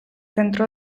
centro